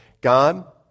God